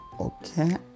Okay